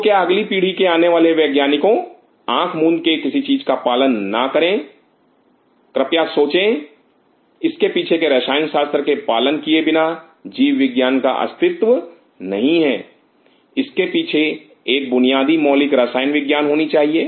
तो कृपया अगली पीढ़ी के आने वाले वैज्ञानिकों आंख मूंद के किसी चीज का पालन ना करें कृपया सोचें इसके पीछे के रसायन शास्त्र के पालन किए बिना जीव विज्ञान का अस्तित्व नहीं है इसके पीछे एक बुनियादी मौलिक रसायन विज्ञान होनी चाहिए